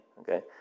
Okay